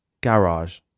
Garage